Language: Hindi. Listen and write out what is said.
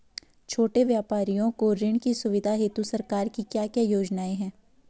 छोटे व्यापारियों को ऋण की सुविधा हेतु सरकार की क्या क्या योजनाएँ हैं?